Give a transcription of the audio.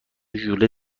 ژوله